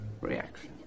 reaction